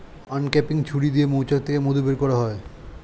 uncapping ছুরি দিয়ে মৌচাক থেকে মধু বের করা হয়